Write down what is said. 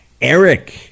Eric